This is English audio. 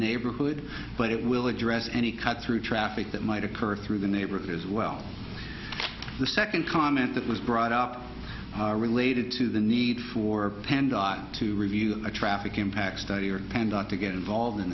neighborhood but it will address any cut through traffic that might occur through the neighborhood as well the second comment that was brought up related to the need for pandai to review a traffic impact study or depend on to get involved in